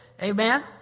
Amen